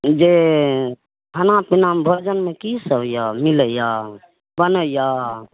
जे खानापीनामे भोजनमे की सब यऽ मिलैया बनैया